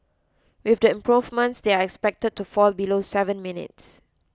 with the improvements they are expected to fall below seven minutes